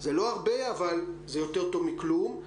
זה לא הרבה אבל זה יותר טוב מכלום,